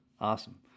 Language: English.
Awesome